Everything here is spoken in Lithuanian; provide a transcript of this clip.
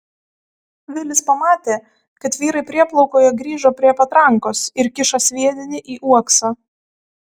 vilis pamatė kad vyrai prieplaukoje grįžo prie patrankos ir kiša sviedinį į uoksą